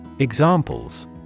Examples